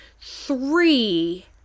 Three